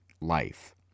life